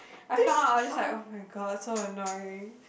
I found I was just like oh-my-god so annoying